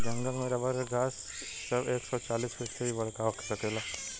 जंगल में रबर के गाछ सब एक सौ चालीस फिट से भी बड़का हो सकेला